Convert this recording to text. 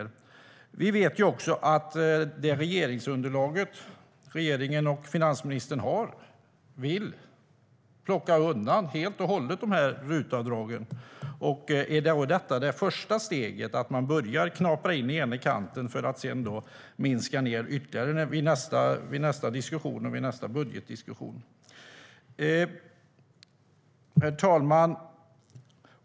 Vi vet också att det regeringsunderlag som regeringen och finansministern har vill plocka undan RUT-avdragen helt och hållet. Är detta det första steget? Man börjar knapra i ena kanten för att sedan minska dem ytterligare i nästa budgetdiskussion. Herr talman!